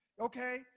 Okay